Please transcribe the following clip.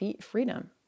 freedom